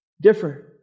different